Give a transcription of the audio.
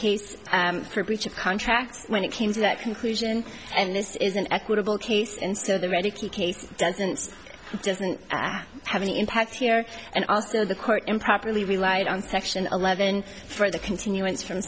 case for breach of contract when it came to that conclusion and this is an equitable case instead of the ready case doesn't doesn't have any impact here and also the court improperly relied on section eleven for the continuance from